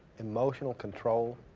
emotional control,